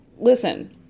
listen